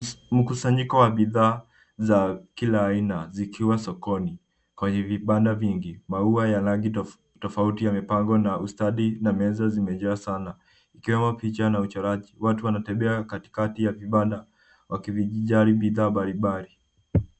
Mkusanyiko wa bidhaa za kila aina zikiwa sokoni. Kwenye vibanda vingi, maua ya rangi tofauti yamepangwa na ustadi na meza zimejaa sana ikiwemo picha na uchoraji. Watu wanatembea katikati ya vibanda wakivijali bidhaa mbalimbali.